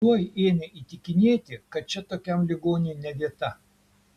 tuoj ėmė įtikinėti kad čia tokiam ligoniui ne vieta